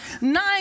nine